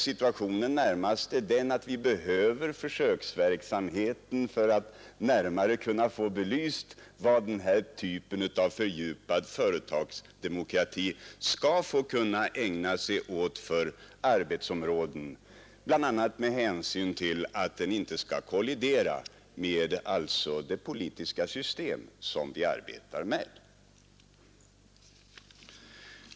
Situationen är ju den att vi behöver försöksverksamheten för att närmare få belyst vad den här typen av fördjupad företagsdemokrati skall få röra sig inom för arbetsområden, bl.a. med hänsyn till att den inte skall kollidera med det politiska system som vi arbetar med.